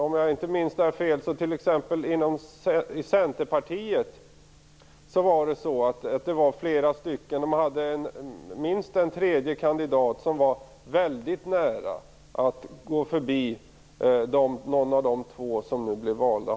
Om jag inte minns fel var det flera stycken i Centerpartiet. Man hade minst en tredje kandidat som var väldigt nära att gå förbi någon av de två som nu blev valda.